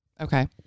Okay